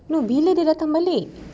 no bila dia datang balik